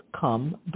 come